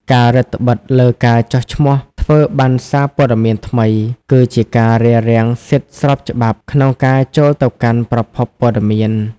ការរឹតត្បិតលើការចុះឈ្មោះធ្វើប័ណ្ណសារព័ត៌មានថ្មី គឺជាការរារាំងសិទ្ធិស្របច្បាប់ក្នុងការចូលទៅកាន់ប្រភពព័ត៌មាន។